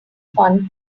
fun